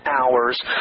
hours